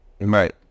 Right